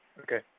Okay